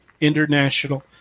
international